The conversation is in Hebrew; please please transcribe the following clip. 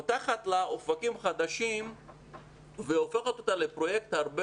פותחת לה אופקים חדשים והופכת אותה לפרויקט הרבה